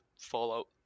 Fallout